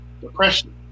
depression